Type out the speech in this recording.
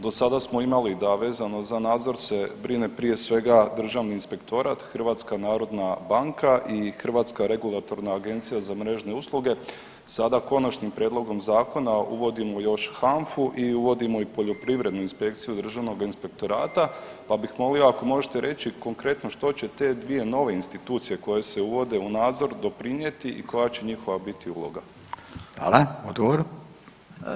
Do sada smo imali da vezano za nadzor se brine prije svega državni inspektorat, NNB i Hrvatska regulatorna agencija za mrežne usluge, sada Konačnim prijedlogom zakona uvodimo još HANFA-u i uvodimo i poljoprivrednu inspekciju državnog inspektorata, pa bih molio ako možete reći konkretno što će te dvije nove institucije koje se uvode u nadzor doprinjeti i koja će njihova biti uloga?